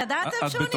ידעתם שהוא נבחר?